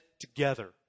together